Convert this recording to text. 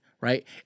Right